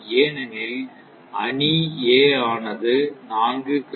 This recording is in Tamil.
ஏனெனில் அணி A ஆனது 4x4